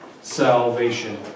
salvation